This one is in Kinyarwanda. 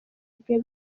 bwe